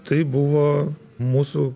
tai buvo mūsų